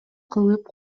кылып